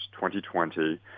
2020